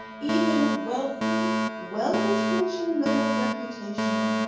even wealthy, well intentioned men of reputation,